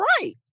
right